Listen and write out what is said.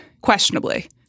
questionably